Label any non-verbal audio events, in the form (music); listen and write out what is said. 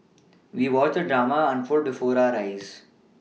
we watched drama unfold before (unintelligible) eyes